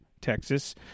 Texas